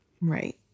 Right